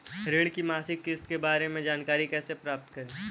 ऋण की मासिक किस्त के बारे में जानकारी कैसे प्राप्त करें?